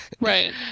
right